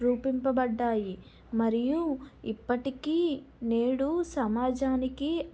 రూపింపబడినాయి మరియు ఇప్పటికీ నేడు సమాజానికి